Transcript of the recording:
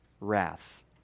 wrath